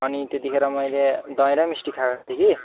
अनि त्यत्तिखेर मैले दही र मिस्टी खाएको थिएँ कि